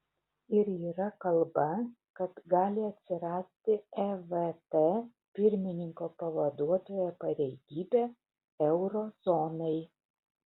ir yra kalba kad gali atsirasti evt pirmininko pavaduotojo pareigybė euro zonai